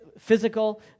Physical